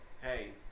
Hey